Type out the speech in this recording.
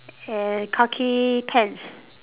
and khaki pants